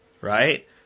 Right